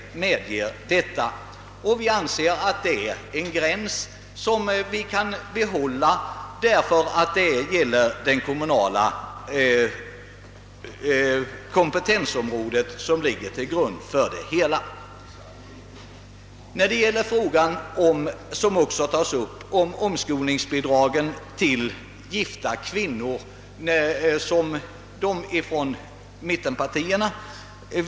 Vi anser, att vi skall behålla en gräns därför att det kommunala kompetensområdet ligger till grund för det hela. Mittenpartierna vill också att bidragen till de gifta kvinnorna skall utökas.